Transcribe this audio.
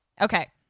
Okay